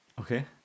Okay